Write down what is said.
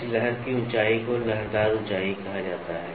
इस लहर की ऊंचाई को लहरदार ऊंचाई कहा जाता है